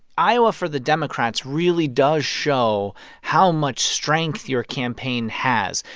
iowa, for the democrats, really does show how much strength your campaign has.